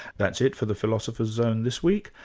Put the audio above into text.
that's it for the philosopher's zone this week,